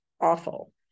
awful